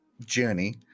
journey